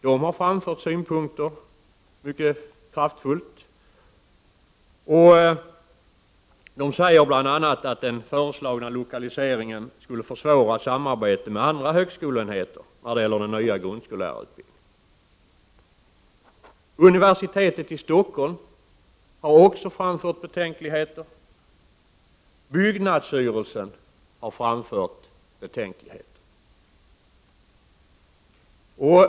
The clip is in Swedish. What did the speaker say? De har mycket kraftfullt framfört synpunkter och säger bl.a. att den föreslagna lokaliseringen skulle försvåra samarbete med andra högskoleenheter när det gäller den nya grundskollärarutbildningen. Universitetet i Stockholm och byggnadsstyrelsen har också framfört betänkligheter.